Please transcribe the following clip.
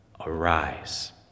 arise